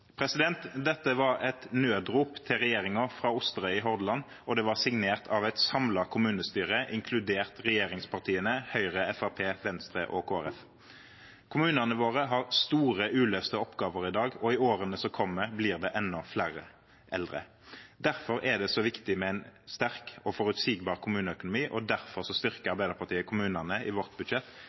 Dette var et nødrop til regjeringen fra Osterøy i Hordaland, og det var signert av et samlet kommunestyre, inkludert regjeringspartiene – Høyre, Fremskrittspartiet, Venstre og Kristelig Folkeparti. Kommunene våre har store uløste oppgaver i dag, og i årene som kommer, blir det enda flere eldre. Derfor er det så viktig med en sterk og forutsigbar kommuneøkonomi, og derfor styrker Arbeiderpartiet kommunene med 2,5 mrd. kr i sitt budsjett.